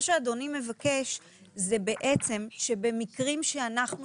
מה שאדוני מבקש זה בעצם שבמקרים שאנחנו